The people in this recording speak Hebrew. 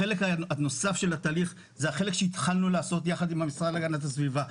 החלק הנוסף של התהליך זה החלק שהתחלנו לעשות יחד עם המשרד להגנת הסביבה,